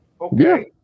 Okay